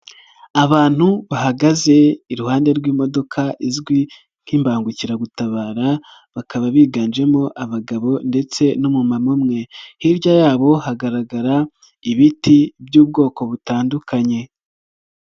Abantu bahagaze iruhande rw'imodoka izwi nk'imbangukiragutabara, bakaba biganjemo abagabo ndetse no mumama umwe, hirya yabo hagaragara ibiti by'ubwoko butandukanye.